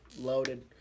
loaded